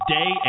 day